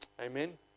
Amen